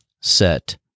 set